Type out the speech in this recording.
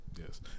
Yes